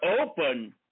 open